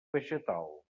vegetal